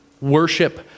worship